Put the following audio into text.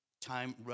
time